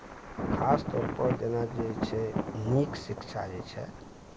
खास तौर पर जेना जे छै नीक शिक्षा जे छै